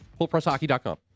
FullPressHockey.com